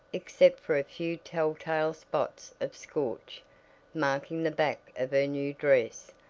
except for a few tell-tale spots of scorch marking the back of her new dress,